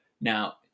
now